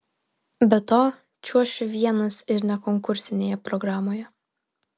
be to čiuošiu vienas ir ne konkursinėje programoje